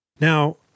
Now